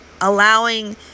allowing